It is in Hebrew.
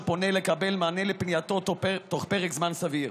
פונה לקבל מענה לפנייתו תוך פרק זמן סביר.